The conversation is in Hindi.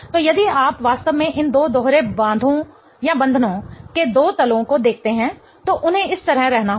तो यदि आप वास्तव में इन दो दोहरे बांधों के दो तलो को देखते हैं तो उन्हें इस तरह रहना होगा